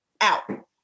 out